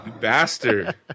bastard